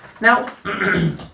Now